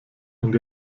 und